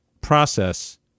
process